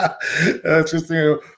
interesting